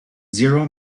zero